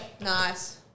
Nice